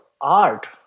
art